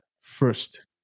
first